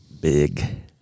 big